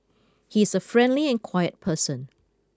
he is a friendly and quiet person